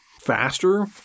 faster